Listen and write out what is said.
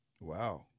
Wow